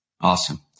Awesome